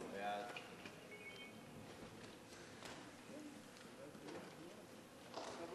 חוק